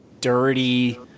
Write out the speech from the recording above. dirty